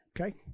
Okay